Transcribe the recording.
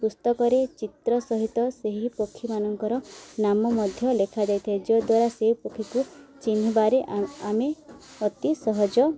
ପୁସ୍ତକରେ ଚିତ୍ର ସହିତ ସେହି ପକ୍ଷୀମାନଙ୍କର ନାମ ମଧ୍ୟ ଲେଖା ଦେଇଥାଏ ଯେଉଁଦ୍ୱାରା ସେହି ପକ୍ଷୀକୁ ଚିହ୍ନିବାରେ ଆମେ ଅତି ସହଜ